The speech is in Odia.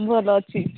ଭଲ ଅଛି